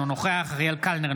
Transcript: אינו נוכח אריאל קלנר,